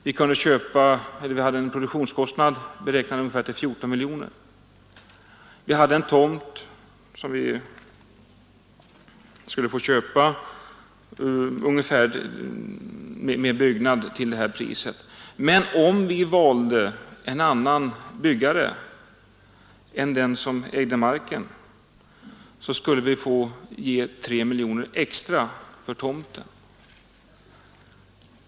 Vi hade beräknat produktionskostnaden till ungefär 14 miljoner kronor, och det priset inkluderade den tomt som vi skulle få köpa. Men om vi valde en annan byggare än den som ägde marken skulle vi få ge 3 miljoner kronor extra för tomten!